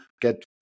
get